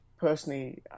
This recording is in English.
Personally